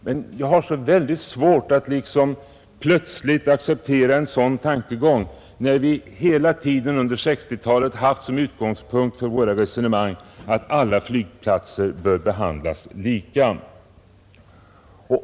Men jag har svårt att plötsligt acceptera en sådan tankegång, när vi under hela 1960-talet haft som utgångspunkt för våra resonemang att alla flygplatser bör behandlas lika.